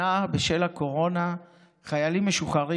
במסגרת התוכנית מוענקות מלגות לימודים לחיילים משוחררים